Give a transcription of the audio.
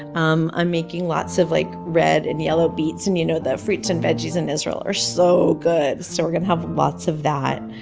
um i'm making lots of like red and yellow beets, and you know that fruits and veggies in israel are so good so we're gonna have lots of that.